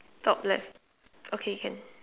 top left okay can